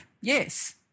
Yes